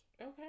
Okay